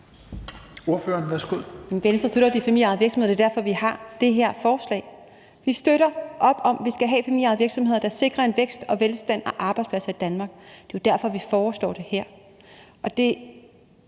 Schack Elholm (V): Venstre støtter de familieejede virksomheder, og det er derfor, at vi har fremsat det her forslag. Vi støtter op om, at vi skal have familieejede virksomheder, der sikrer vækst, velstand og arbejdspladser i Danmark. Det er jo derfor, at vi foreslår det her. Og det